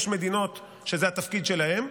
יש מדינות שזה התפקיד שלהן,